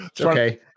okay